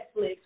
Netflix